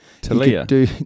Talia